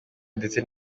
ndetse